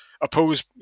oppose